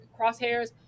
crosshairs